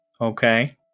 Okay